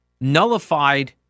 nullified